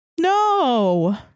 No